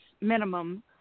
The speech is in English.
minimum